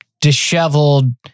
disheveled